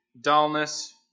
dullness